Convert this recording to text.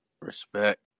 Respect